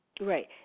Right